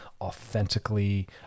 authentically